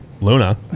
Luna